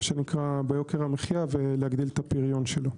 ביוקר המחיה ולהגדיל את הפריון שלו.